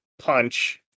punch